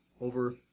Over